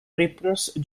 réponse